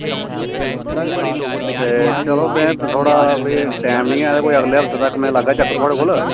ते चलो अजे कोई टैंम नेईं ऐ ते में अगले हफते तकर लागा चकर थुआढ़े कोल